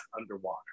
underwater